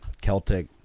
Celtic